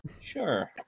Sure